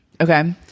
Okay